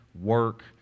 work